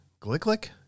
Glicklick